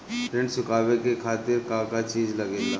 ऋण चुकावे के खातिर का का चिज लागेला?